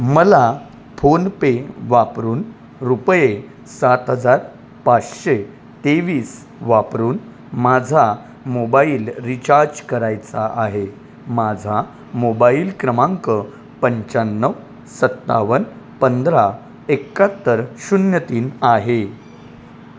मला फोनपे वापरून रुपये सात हजार पाचशे तेवीस वापरून माझा मोबाईल रिचार्ज करायचा आहे माझा मोबाईल क्रमांक पंच्याण्णव सत्तावन्न पंधरा एक्काहत्तर शून्य तीन आहे